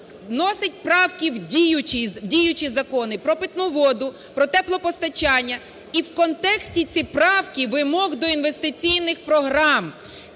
вносить правки в діючі закони: про питну воду, про теплопостачання – і в контексти ці правки вимог до інвестиційних програм.